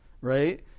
right